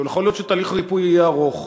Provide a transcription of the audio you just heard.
יכול להיות שתהליך הריפוי יהיה ארוך.